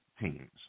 teams